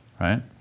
right